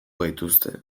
gaituzte